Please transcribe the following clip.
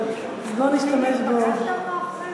אז בואו נשתמש בו בדיוק.